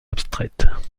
abstraites